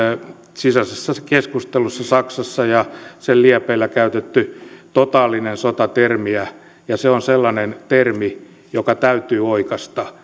sisäisessä keskustelussa on saksassa ja sen liepeillä käytetty totaalinen sota termiä ja se on sellainen termi joka täytyy oikaista